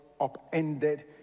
upended